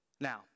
Now